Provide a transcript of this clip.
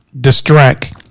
Distract